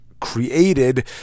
created